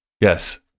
yes